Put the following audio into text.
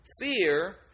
fear